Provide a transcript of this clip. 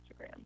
Instagram